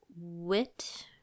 wit